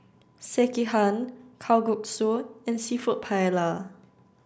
Sekihan Kalguksu and Seafood Paella